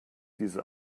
diese